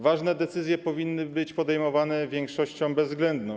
Ważne decyzje powinny być podejmowane większością bezwzględną.